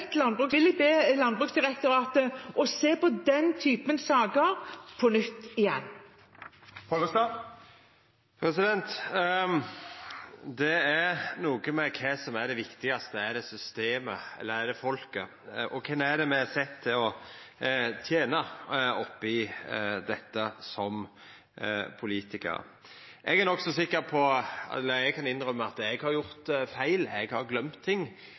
be Landbruksdirektoratet om å se på den typen saker på nytt. Det er noko med kva som er det viktigaste – er det systemet, eller er det folket? Og kven er det me som politikarar er sette til å tena oppi dette? Eg kan innrømma at eg har gjort feil, eg har gløymt ting,